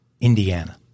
Indiana